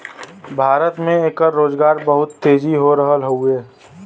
भारत में एकर रोजगार बहुत तेजी हो रहल हउवे